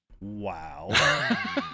Wow